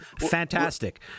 fantastic